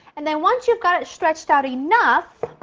and then once you've got it stretched out enough,